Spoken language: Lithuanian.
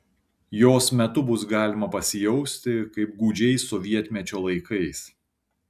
jos metu bus galima pasijausti kaip gūdžiais sovietmečio laikais